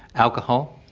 alcohol